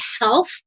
health